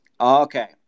Okay